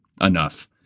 enough